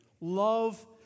Love